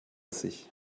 sich